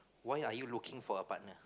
why are you looking for a partner